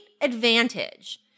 advantage